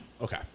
Okay